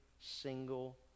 single